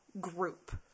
group